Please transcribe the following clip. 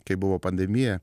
kai buvo pandemija